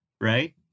right